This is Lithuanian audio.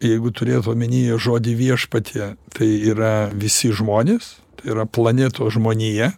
jeigu turėt omenyje žodį viešpatie tai yra visi žmonės yra planetos žmonija